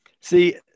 See